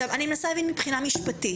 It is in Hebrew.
אני מנסה להבין מבחינה משפטית.